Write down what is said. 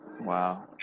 Wow